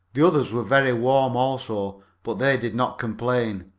the others were very warm also, but they did not complain.